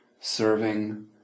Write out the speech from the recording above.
serving